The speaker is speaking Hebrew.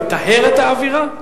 לטהר את האווירה?